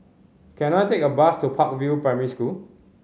can I take a bus to Park View Primary School